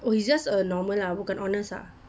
oh he's just a normal lah bukan honours lah